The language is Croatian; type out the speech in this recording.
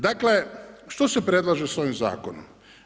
Dakle što se predlaže s ovim zakonom?